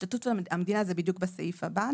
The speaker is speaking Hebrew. השתתפות המדינה זה בדיוק בסעיף הבא,